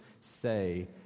say